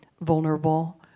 vulnerable